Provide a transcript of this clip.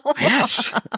Yes